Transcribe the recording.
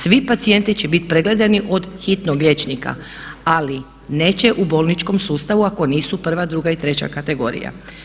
Svi pacijenti će biti pregledani od hitnog liječnika, ali neće u bolničkom sustavu ako nisu prva, druga i treća kategorija.